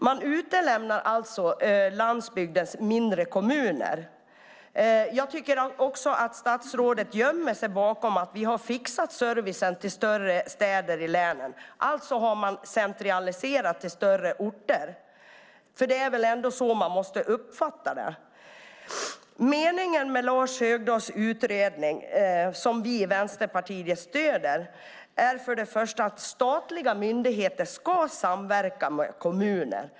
Man utelämnar alltså landsbygdens mindre kommuner. Jag tycker också att statsrådet gömmer sig bakom att vi har fixat servicen till större städer i länen. Alltså har man centraliserat det hela till större orter. Det är väl ändå så man måste uppfatta det? Meningen med Lars Högdahls utredning, som vi i Vänsterpartiet stöder, är först och främst att statliga myndigheter ska samverka med kommuner.